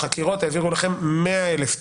החקירות העבירו לכם 100,000 תיקים.